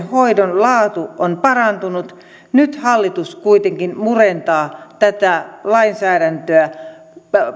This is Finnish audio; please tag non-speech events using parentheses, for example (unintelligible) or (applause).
(unintelligible) hoidon laatu on parantunut nyt hallitus kuitenkin murentaa tätä lainsäädäntöä